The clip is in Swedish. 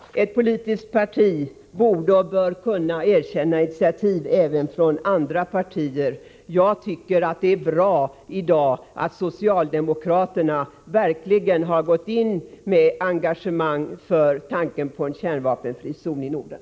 Ett politiskt parti bör kunna erkänna initiativ även från andra partier. Jag tycker att det är bra att socialdemokraterna i dag med engagemang gått in för tanken på en kärnvapenfri zon i Norden.